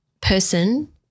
person